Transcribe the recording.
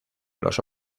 los